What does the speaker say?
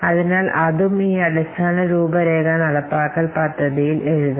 അതിനാൽ അതും ഈ അടിസ്ഥാന രൂപരേഖ നടപ്പാക്കൽ പദ്ധതിയിൽ എഴുതണം